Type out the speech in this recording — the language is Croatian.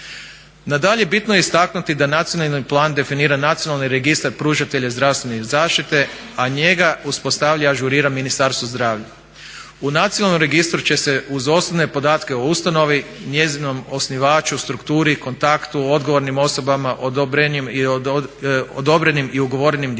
Nadalje, bitno je istaknuti da nacionalni plan definira nacionalni registar pružatelja zdravstvene zaštite, a njega uspostavlja i ažurira Ministarstvo zdravlja. U nacionalnom registru će se uz osnovne podatke o ustanovi, njezinom osnivaču, strukturi, kontaktu, odgovornim osobama, odobrenim i ugovorenim djelatnostima